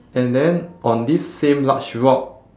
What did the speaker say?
and then on this same large rock